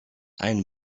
ein